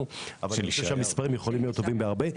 אבל אני חושב שהמספרים יכולים להיות טובים בהרבה.